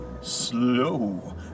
Slow